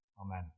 Amen